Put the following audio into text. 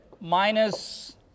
minus